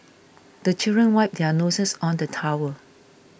the children wipe their noses on the towel